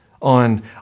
on